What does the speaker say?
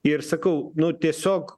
ir sakau nu tiesiog